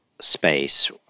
space